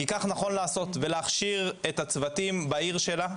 כי כך נכון לעשות, ולהכשיר את הצוותים בעיר שלה.